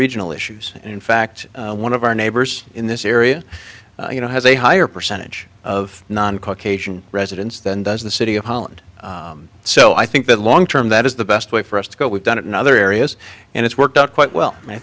regional issues and in fact one of our neighbors in this area you know has a higher percentage of non caucasian residents than does the city of holland so i think that long term that is the best way for us to go we've done it in other areas and it's worked out quite well